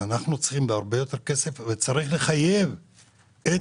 אנחנו צריכים הרבה יותר כסף וצריך לחייב את